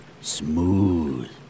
smooth